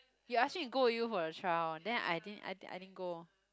you ask me to go with you for the trial then I didn't I th~ I didn't go